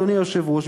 אדוני היושב-ראש,